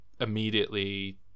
immediately